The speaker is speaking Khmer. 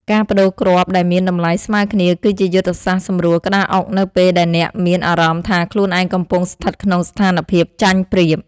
ការប្តូរគ្រាប់ដែលមានតម្លៃស្មើគ្នាគឺជាយុទ្ធសាស្ត្រសម្រួលក្តារអុកនៅពេលដែលអ្នកមានអារម្មណ៍ថាខ្លួនឯងកំពុងស្ថិតក្នុងស្ថានភាពចាញ់ប្រៀប។